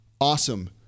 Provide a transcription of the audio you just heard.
Awesome